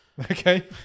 Okay